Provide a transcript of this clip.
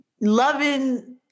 loving